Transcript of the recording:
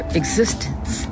existence